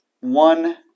one